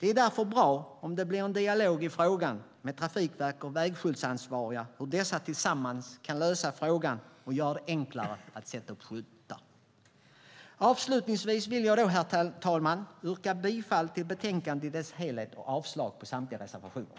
Det är därför bra om det blir en dialog med Trafikverket och vägskyltsansvariga om hur dessa tillsammans kan lösa frågan och göra det enklare att sätta upp skyltar. Herr talman! Avslutningsvis vill jag yrka bifall till förslaget i betänkandet i dess helhet och avslag på samtliga reservationer.